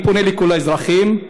אני פונה לכל האזרחים,